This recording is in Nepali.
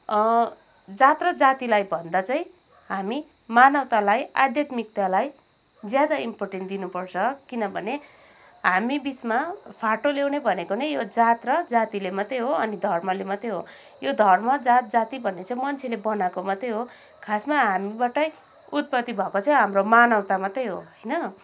जात र जातिलाई भन्दा चाहिँ हामी मानवतालाई आध्यात्मिकतालाई ज्यादा इम्पोर्टेन्ट दिनुपर्छ किनभने हामीबिचमा फाटो ल्याउने भनेको नै यो जात र जातिले मात्रै हो अनि धर्मले मात्रै हो यो धर्म जात जाति भन्ने चाहिँ मान्छेले बनाएको मात्रै हो खासमा हामीबाटै उत्पति भएको चाहिँ हाम्रो मानवता मात्रै हो होइन